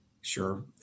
Sure